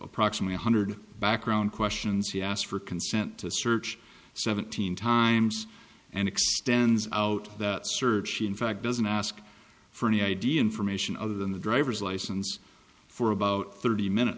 approximate one hundred background questions he asked for consent to search seventeen times and extends out that search in fact doesn't ask for any idea information other than the driver's license for about thirty minutes